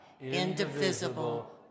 indivisible